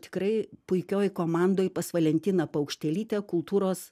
tikrai puikioj komandoj pas valentina paukštelyte kultūros